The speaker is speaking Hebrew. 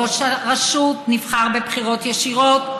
ראש הרשות נבחר בבחירות ישירות,